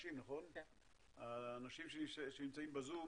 האנשים שנמצאים בזום